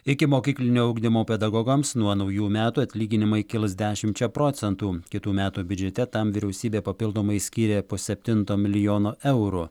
ikimokyklinio ugdymo pedagogams nuo naujų metų atlyginimai kils dešimčia procentų kitų metų biudžete tam vyriausybė papildomai skyrė pusseptinto milijono eurų